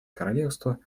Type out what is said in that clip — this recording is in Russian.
королевство